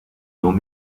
long